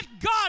god